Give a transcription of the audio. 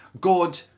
God